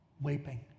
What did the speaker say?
weeping